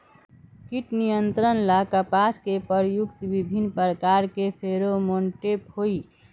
कीट नियंत्रण ला कपास में प्रयुक्त विभिन्न प्रकार के फेरोमोनटैप होई?